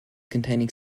containing